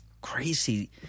crazy